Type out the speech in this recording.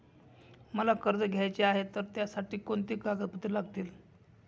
मला कर्ज घ्यायचे आहे तर त्यासाठी कोणती कागदपत्रे लागतील?